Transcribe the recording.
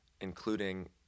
including